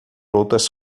outras